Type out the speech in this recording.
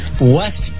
west